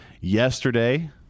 yesterday